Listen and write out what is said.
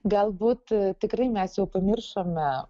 galbūt tikrai mes jau pamiršome